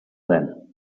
then